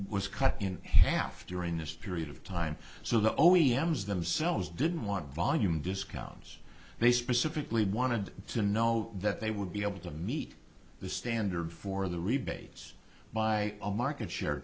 was cut in half during this period of time so the o e m s themselves didn't want volume discounts they specifically wanted to know that they would be able to meet the standard for the rebates by a market share